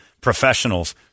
professionals